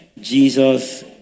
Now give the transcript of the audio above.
Jesus